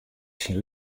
syn